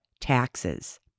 taxes